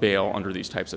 bail under these types of